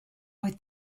oedd